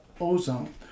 ozone